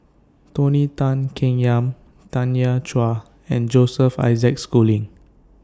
Tony Tan Keng Yam Tanya Chua and Joseph Isaac Schooling